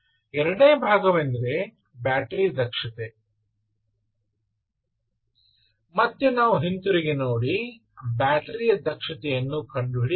ಎರಡನೇ ಭಾಗವೆಂದರೆ ಬ್ಯಾಟರಿ ದಕ್ಷತೆ ಮತ್ತೆ ನಾವು ಹಿಂತಿರುಗಿ ನೋಡಿ ಬ್ಯಾಟರಿಯ ದಕ್ಷತೆಯನ್ನು ಕಂಡುಹಿಡಿಯಬೇಕು